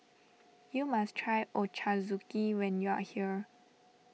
you must try Ochazuke when you are here